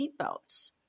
seatbelts